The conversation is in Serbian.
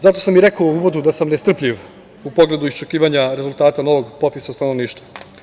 Zato sam i rekao u uvodu da sam nestrpljiv u pogledu iščekivanja rezultata novog popisa stanovništva.